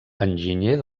enginyer